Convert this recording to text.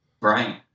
Right